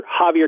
Javier